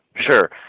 Sure